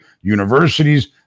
universities